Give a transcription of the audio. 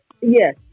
Yes